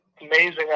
amazing